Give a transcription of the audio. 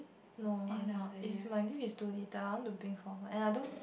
no I'm not is my leave is too little and I want to bring forward and I don't